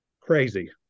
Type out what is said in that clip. crazy